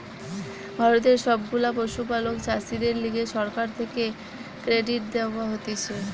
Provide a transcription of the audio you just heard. ভারতের সব গুলা পশুপালক চাষীদের লিগে সরকার থেকে ক্রেডিট দেওয়া হতিছে